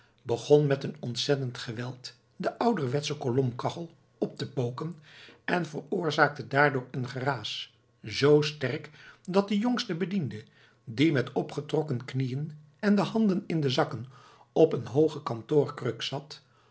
begon met een ontzettend geweld de ouderwetsche kolomkachel op te poken en veroorzaakte daardoor een geraas zoo sterk dat de jongste bediende die met opgetrokken knieën en de handen in de zakken op een hooge kantoorkruk zat